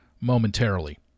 momentarily